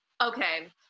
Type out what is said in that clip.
okay